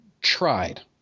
Tried